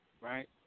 right